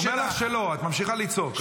הוא אומר לך שלא, ואת ממשיכה לצעוק.